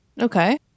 Okay